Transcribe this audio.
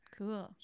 cool